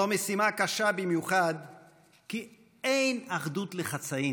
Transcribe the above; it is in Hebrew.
זו משימה קשה במיוחד כי אין אחדות לחצאים,